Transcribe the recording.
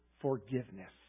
forgiveness